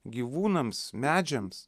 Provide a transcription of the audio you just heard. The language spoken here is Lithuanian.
gyvūnams medžiams